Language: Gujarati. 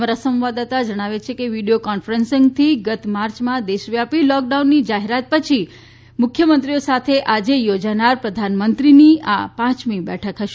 અમારા સંવાદદાતા જણાવે છે કે વિડિયો કોન્ફરન્સીંગથી ગત માર્ચમાં દેશવ્યાપી લૉકડાઉનની જાહેરાત પછી વિડિયો કોન્ફરન્સીંગ માધ્મયથી મુખ્યમંત્રીઓ સાથે આજે યોજાનારી પ્રધાનમંત્રીની આ પાંચમી બેઠક હશે